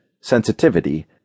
sensitivity